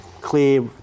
clear